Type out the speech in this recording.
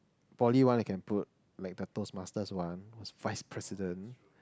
poly one I can put like the toastmasters one I was vice president